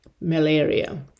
malaria